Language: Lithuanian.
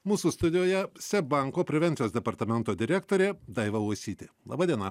mūsų studijoje seb banko prevencijos departamento direktorė daiva uosytė laba diena